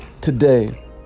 today